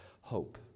hope